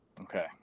Okay